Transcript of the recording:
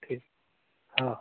ठीक हां